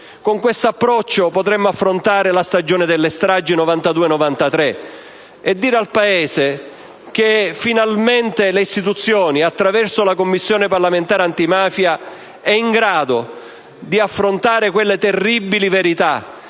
Con questo approccio potremmo affrontare la stagione delle stragi del 1992-1993, dire al Paese che, finalmente, le istituzioni, attraverso la Commissione parlamentare antimafia, sono in grado di affrontare quelle terribili verità,